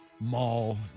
mall